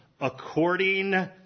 according